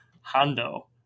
Hondo